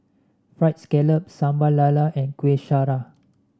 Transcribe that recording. fried scallop Sambal Lala and Kuih Syara